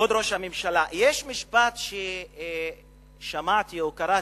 כבוד ראש הממשלה, יש משפט ששמעתי או קראתי,